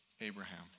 Abraham